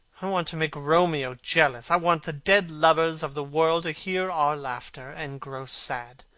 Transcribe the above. i want to make romeo jealous. i want the dead lovers of the world to hear our laughter and grow sad.